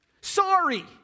Sorry